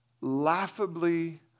laughably